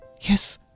yes